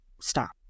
Stop